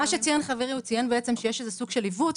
אז חברי ציין שיש איזה סוג של עיוות,